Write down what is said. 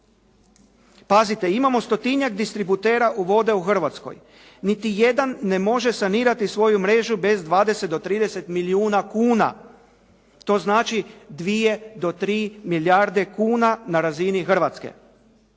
Pazite imamo stotinjak distributera u vode u Hrvatskoj, niti jedan ne može sanirati svoju mrežu bez 20-30 milijuna kuna, to znači 2-3 milijarde kuna na razini Hrvatske.